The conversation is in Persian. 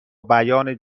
بیان